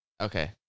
Okay